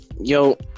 Yo